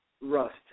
rust